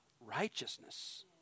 Righteousness